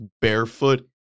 barefoot